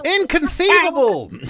Inconceivable